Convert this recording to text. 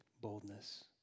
boldness